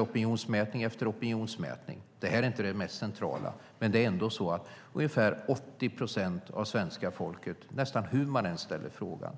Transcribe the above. Opinionsmätning efter opinionsmätning visar - det här är inte det mest centrala - att ungefär 80 procent av svenska folket svarar, nästan hur man än ställer frågan,